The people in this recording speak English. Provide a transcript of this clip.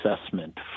assessment